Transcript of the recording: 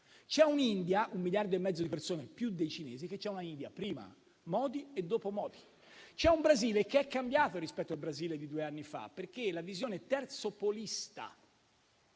c'è un'India (un miliardo e mezzo di persone, più dei cinesi) prima Modi e dopo Modi; c'è un Brasile che è cambiato rispetto al Brasile di due anni fa, perché la visione terzopolista